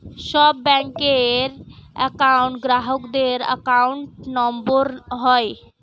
সব ব্যাঙ্কের একউন্ট গ্রাহকদের অ্যাকাউন্ট নম্বর হয়